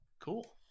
Cool